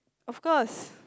of course